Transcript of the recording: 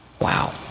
Wow